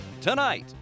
Tonight